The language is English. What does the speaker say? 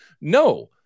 No